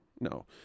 no